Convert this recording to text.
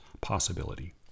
possibility